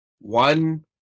one